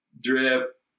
drip